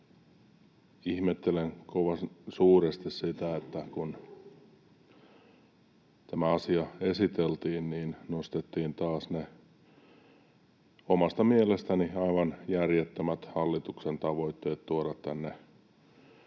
ihmettelen suuresti sitä, että kun tämä asia esiteltiin, niin nostettiin taas ne omasta mielestäni aivan järjettömät hallituksen tavoitteet tuoda tänne